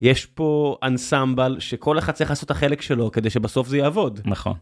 יש פה אנסמבל שכל אחד צריך לעשות את החלק שלו כדי שבסוף זה יעבוד. נכון.